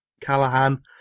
Callahan